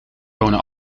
wonen